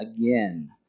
again